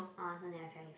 I also never try before